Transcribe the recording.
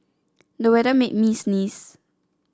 the weather made me sneeze